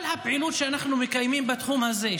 כל הפעילות שאנחנו מקיימים בתחום הזה,